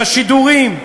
בשידורים,